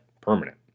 Permanent